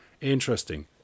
Interesting